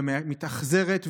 שמתאכזרת,